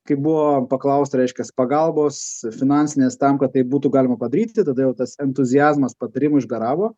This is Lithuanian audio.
kai buvo paklausta reiškias pagalbos finansinės tam kad tai būtų galima padaryti tada jau tas entuziazmas patarimų išgaravo